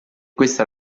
questa